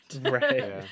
Right